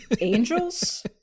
angels